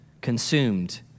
consumed